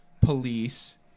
police